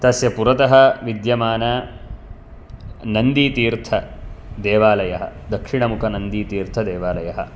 तस्य पुरतः विद्यमानः नन्दीतीर्थदेवालयः दक्षिणमुखनन्दीतीर्थदेवालयः